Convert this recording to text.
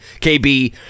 KB